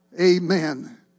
Amen